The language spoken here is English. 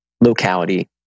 locality